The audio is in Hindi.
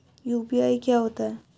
यू.पी.आई क्या होता है?